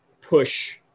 push